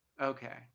Okay